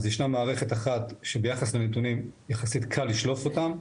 אז ישנה מערכת אחת שביחס לנתונים יחסית קל לשלוף אותם,